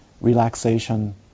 relaxation